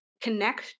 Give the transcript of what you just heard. connect